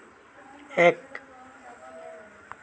এক